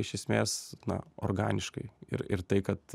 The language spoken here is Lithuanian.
iš esmės na organiškai ir ir tai kad